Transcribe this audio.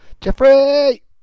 Jeffrey